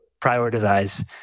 prioritize